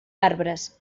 arbres